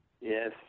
Yes